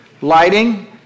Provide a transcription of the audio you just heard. Lighting